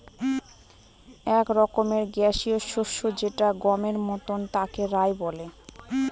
এক রকমের গ্যাসীয় শস্য যেটা গমের মতন তাকে রায় বলে